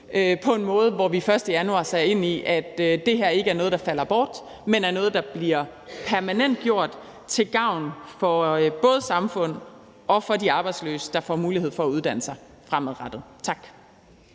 på en måde, hvor vi den 1. januar ser ind i, at det her ikke er noget, der falder bort, men er noget, der bliver permanentgjort til gavn for både samfund og for de arbejdsløse, der fremadrettet får mulighed for at uddanne sig. Tak.